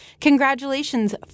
Congratulations